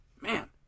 Man